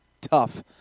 tough